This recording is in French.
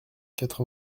quatre